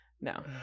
No